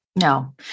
No